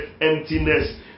emptiness